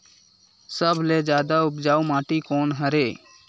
सबले जादा उपजाऊ माटी कोन हरे?